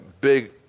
big